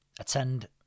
attend